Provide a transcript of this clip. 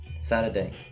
Saturday